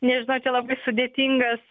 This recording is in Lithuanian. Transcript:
nežinau čia labai sudėtingas